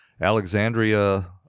Alexandria